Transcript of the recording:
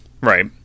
Right